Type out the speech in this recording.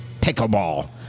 Pickleball